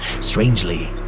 Strangely